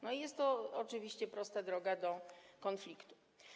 No i jest to oczywiście prosta droga do konfliktu.